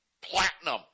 platinum